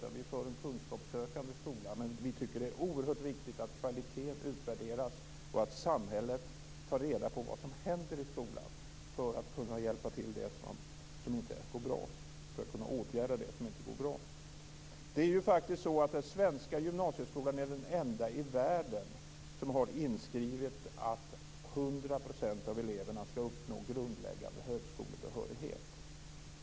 Vi är för en kunskapssökande skola, men vi tycker att det är oerhört viktigt att kvaliteten utvärderas och att samhället tar reda på vad som händer i skolan för att kunna åtgärda det som inte går bra. Den svenska gymnasieskolan är faktiskt den enda i världen som har inskrivet att 100 % av eleverna skall uppnå grundläggande högskolebehörighet.